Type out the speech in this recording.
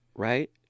Right